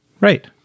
Right